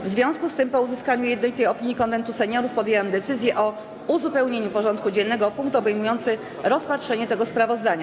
W związku z tym, po uzyskaniu jednolitej opinii Konwentu Seniorów, podjęłam decyzję o uzupełnieniu porządku dziennego o punkt obejmujący rozpatrzenie tego sprawozdania.